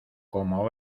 como